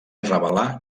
revelà